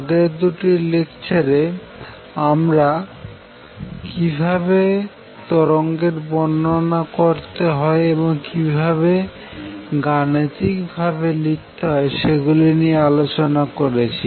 আগের দুটি লেকচারে আমরা কিভাবে তরঙ্গের বর্ণনা করতে হয় এবং কিভাবে গাণিতিক ভাবে লিখতে হয় সেগুলি নিয়ে আলোচনা করেছি